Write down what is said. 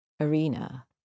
arena